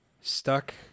stuck